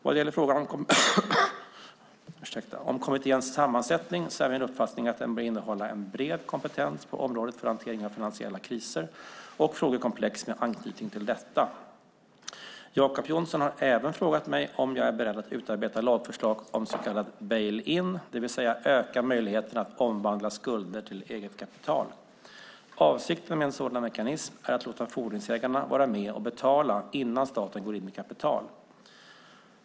Vad gäller frågan om kommitténs sammansättning är min uppfattning att den bör innehålla bred kompetens på området för hantering av finansiella kriser och frågekomplex med anknytning till detta. Jacob Johnson har även frågat mig om jag är beredd att utarbeta lagförslag om så kallad bail in, det vill säga att öka möjligheterna att omvandla skulder till eget kapital. Avsikten med en sådan mekanism är att låta fordringsägarna vara med och betala innan staten går in med kapital.